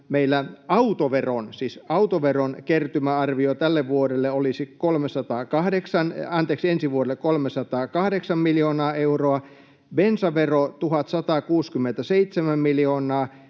autoveron, kertymäarvio on ensi vuodelle 308 miljoonaa euroa, bensaveron 1 167 miljoonaa,